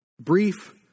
brief